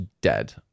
dead